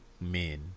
men